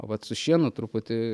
o vat su šienu truputį